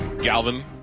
Galvin